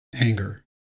anger